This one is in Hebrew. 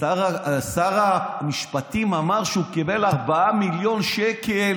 שר המשפטים אמר שהוא קיבל 4 מיליון שקל